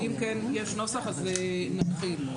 אם כן, נתחיל.